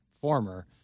former